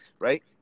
right